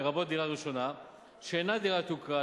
לרבות דירה ראשונה שאינה דירת יוקרה,